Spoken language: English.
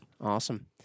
Awesome